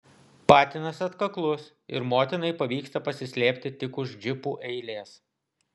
patinas atkaklus ir motinai pavyksta pasislėpti tik už džipų eilės